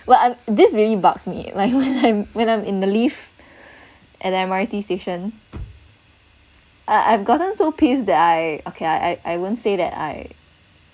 well I'm this really bugs me like when I'm when I'm in the lift at M_R_T station I I've gotten so pissed that I okay I I won't say that I